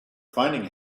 finding